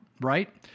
right